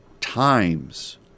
times